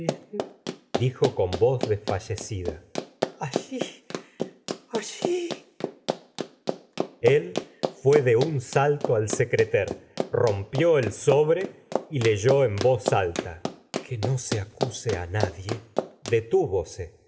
dijo con voz desfallecida alli alli el fué de un salto al secreter rompió el sobre y leyó en voz alta que no se acuse á nadie detúvose